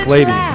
Lady